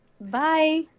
bye